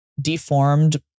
deformed